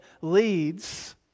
leads